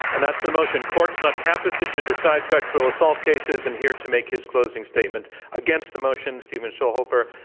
and that's the motion, courts, not campuses, should decide sexual assault cases, and here to make his closing statement against the motion, stephen schulhofer,